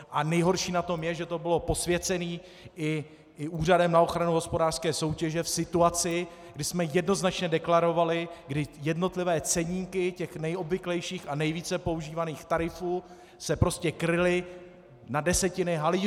A nejhorší na tom je, že to bylo posvěceno i Úřadem na ochranu hospodářské soutěže v situaci, kdy jsme jednoznačně deklarovali, kdy jednotlivé ceníky nejobvyklejších a nejvíce používaných tarifů se prostě kryly na desetiny haléřů.